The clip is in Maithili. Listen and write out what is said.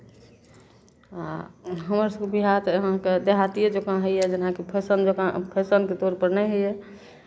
आ हमरसभके विवाह तऽ अहाँके देहातिए जकाँ होइए जेनाकि फैशन जकाँ फैशनके तौरपर नहि होइए